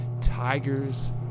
Tigers